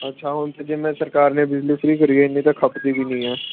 ਅੱਛਾ ਹੁਣ ਤਾਂ ਜਿਵੇਂ ਸਰਕਾਰ ਨੇ ਬਿਜਲੀ ਫ੍ਰੀ ਕਰੀ ਇੰਨੀ ਤਾਂ ਖਪਦੀ ਵੀ ਨਹੀਂ ਹੈ